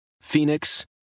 Phoenix